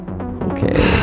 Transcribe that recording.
Okay